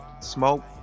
smoke